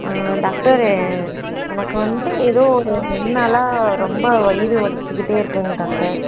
doctor எனக்கு வந்துட்டு ஏதோ ஒரு ரெண்டு நாளாக ரொம்ப வயிறு வலிச்சுக்கிட்டே இருக்குதுங்க டாக்டர்